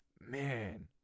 Man